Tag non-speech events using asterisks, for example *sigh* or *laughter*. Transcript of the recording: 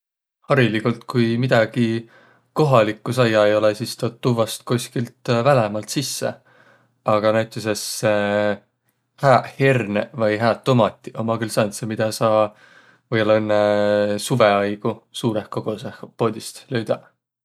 Hariligult, ku midägi kohalikku saiaq ei olõq, sis tuud tuvvas kostki välämaalt sisse. Aga näütüses *hesitation* hääq herneq vai hää tomatiq ommaq külh sääntseq, midä saa või-ollaq õnnõ suvõ aigu suurõh kogusõh poodist löüdäq.